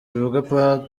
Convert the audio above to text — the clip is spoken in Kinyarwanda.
bivuga